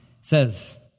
says